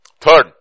Third